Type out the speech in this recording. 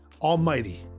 almighty